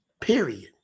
Period